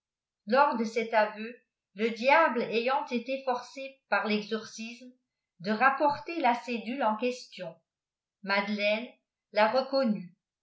lors de cet aveu le diable ayant été foicé pr l'exorcisme de rapporter la céduîe en question madeleine la reconnut